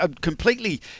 completely